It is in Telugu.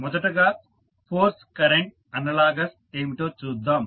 మొదటగా ఫోర్స్ కరెంట్ అనలాగస్ ఏమిటో చూద్దాం